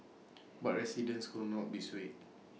but residents could not be swayed